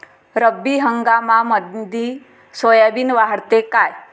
रब्बी हंगामामंदी सोयाबीन वाढते काय?